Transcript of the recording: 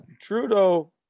trudeau